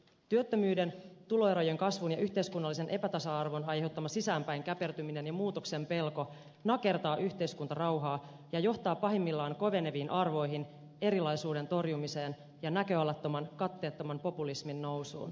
työttömyyden tuloerojen kasvun ja yhteiskunnallisen epätasa arvon aiheuttama sisäänpäin käpertyminen ja muutoksen pelko nakertaa yhteiskuntarauhaa ja johtaa pahimmillaan koveneviin arvoihin erilaisuuden torjumiseen ja näköalattoman katteettoman populismin nousuun